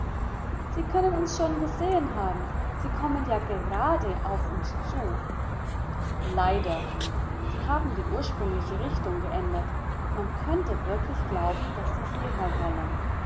sie können uns schon gesehen haben sie kommen ja gerade auf uns zu leider sie haben die ursprüngliche richtung geändert man möchte wirklich glauben daß sie hierher wollen